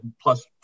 plus